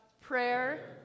Prayer